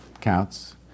counts